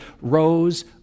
rose